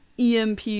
emp